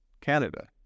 Canada